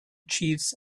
chiefs